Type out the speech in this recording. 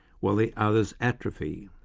while the others atrophy.